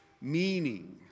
meaning